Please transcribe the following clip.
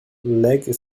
leg